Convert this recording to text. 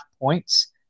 points